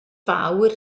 fawr